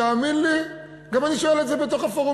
תאמין לי, גם אני שואל את זה בפורומים.